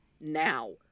now